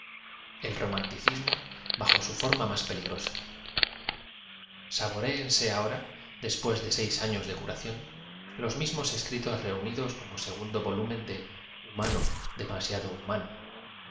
el romanticismo bajo au form a más peligrosa sabo réense ahora después de seis afioa de curación los mismos escritos reunidos como segundo volumen de bumano dmaiado humano